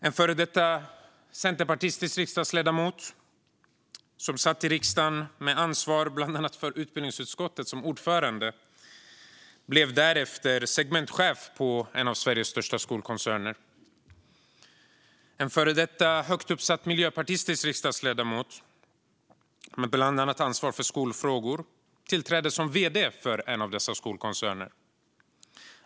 En före detta centerpartistisk riksdagsledamot som satt i riksdagen med ansvar för bland annat utbildningsutskottet, som ordförande, blev därefter segmentchef på en av Sveriges största skolkoncerner. En före detta högt uppsatt miljöpartistisk riksdagsledamot med ansvar bland annat för skolfrågor tillträdde som vd för en av dessa skolkoncerner.